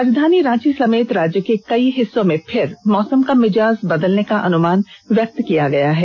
राजधानी रांची समेत राज्य के कई हिस्सों में फिर मौसम का मिजाज बदलने का अनुमान व्यक्त किया गया है